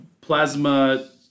Plasma